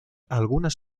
algunas